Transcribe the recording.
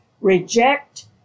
reject